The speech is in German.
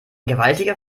gewaltiger